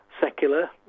secular